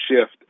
shift